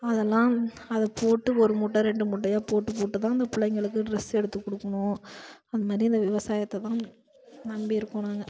அதெல்லாம் அதை போட்டு ஒரு மூட்டை ரெண்டு மூட்டையை போட்டு போட்டு தான் அந்த பிள்ளைங்களுக்கு ட்ரெஸ் எடுத்து கொடுக்குணும் அந்தமாதிரி அந்த விவசாயத்தை தான் நம்பி இருக்கோம் நாங்கள்